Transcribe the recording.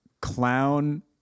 clown